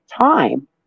time